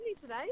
today